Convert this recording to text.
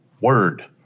word